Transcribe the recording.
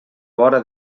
vora